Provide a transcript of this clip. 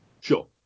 Sure